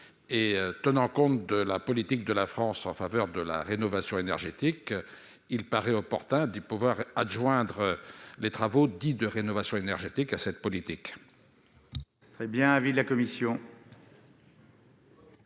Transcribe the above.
tenir compte de la politique de la France en faveur de la transition énergétique, il paraît opportun de pouvoir adjoindre les travaux dits de rénovation énergétique à ce dispositif